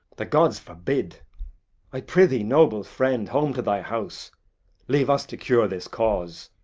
the gods forbid i pr'ythee, noble friend, home to thy house leave us to cure this cause.